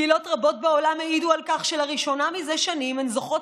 קהילות רבות בעולם העידו שלראשונה זה שנים הן זוכות